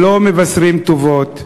לא מבשרים טובות.